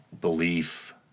Belief